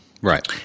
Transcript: Right